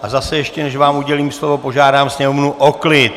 A zase ještě, než vám udělím slovo, požádám sněmovnu o klid.